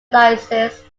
license